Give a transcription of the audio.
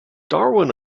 darwin